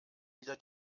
wieder